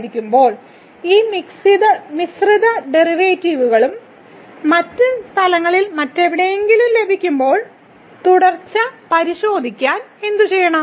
ആയിരിക്കുമ്പോൾ ഈ മിശ്രിത ഡെറിവേറ്റീവുകളും മറ്റ് സ്ഥലങ്ങളിൽ മറ്റെവിടെയെങ്കിലും ലഭിക്കുമ്പോൾ തുടർച്ച പരിശോധിക്കാൻ എന്തുചെയ്യണം